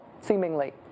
seemingly